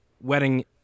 wedding